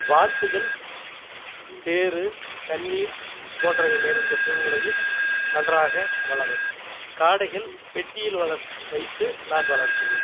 வாத்துகள் சேறு தண்ணீர் போன்றவை நிறைந்த சூழ்நிலையில் நன்றாக வளரும் காடைகள் பெட்டியில் வள வைத்து நான் வளர்க்கிறேன்